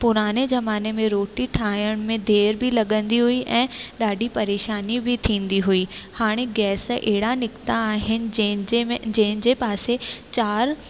पुराने ज़माने में रोटी ठाहिण में देरि बि लगंदी हुई ऐं ॾाढी परेशानी बि थींदी हुई हाणे गैस अहिड़ा निकिता आहिनि जंहिंजे में जंहिंजे पासे चारि